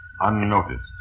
unnoticed